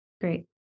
Great